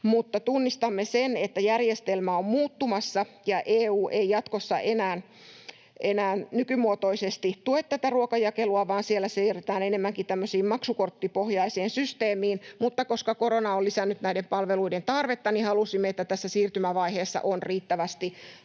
eurosta. Tunnistamme sen, että järjestelmä on muuttumassa ja EU ei jatkossa enää nykymuotoisesti tue tätä ruokajakelua, vaan siellä siirrytään enemmänkin tämmöiseen maksukorttipohjaiseen systeemiin, mutta koska korona on lisännyt näiden palveluiden tarvetta, halusimme, että tässä siirtymävaiheessa on riittävästi